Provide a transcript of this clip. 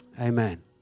Amen